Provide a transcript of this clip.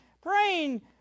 praying